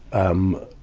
um,